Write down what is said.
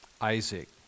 Isaac